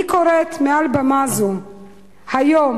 אני קוראת מעל במה זו היום,